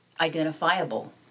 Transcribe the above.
identifiable